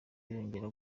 yongeye